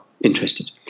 interested